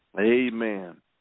Amen